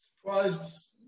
Surprised